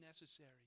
necessary